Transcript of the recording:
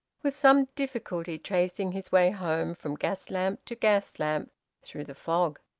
with some difficulty tracing his way home from gas lamp to gas lamp through the fog.